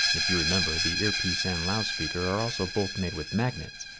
if you remember, the earpiece and loudspeaker are also both made with magnets,